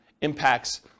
impacts